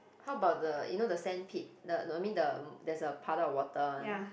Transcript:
how about the you know the sand pit the no I mean the there's a puddle of water one